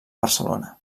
barcelona